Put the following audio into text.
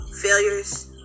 failures